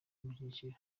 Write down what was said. kumushyigikira